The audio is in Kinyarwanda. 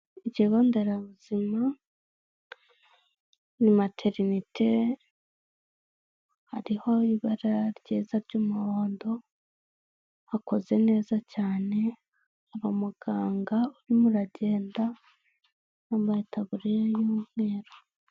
Ikigo nderabuzima ni materinete hariho ibara ryiza ry'umuhondo, hakoze neza cyane hari umuganga urimo uragenda yambaye itaburiya y'umweru.